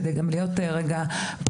כדי להיות פרגמטית,